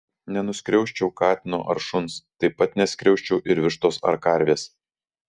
nenuskriausčiau katino ar šuns taip pat neskriausčiau ir vištos ar karvės